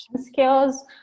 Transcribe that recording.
skills